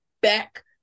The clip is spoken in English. back